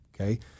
Okay